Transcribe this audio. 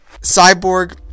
cyborg